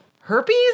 herpes